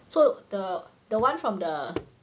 so the the one from the